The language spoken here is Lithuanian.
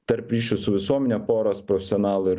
tarp ryšių su visuomene poros profesionalų ir